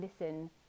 listen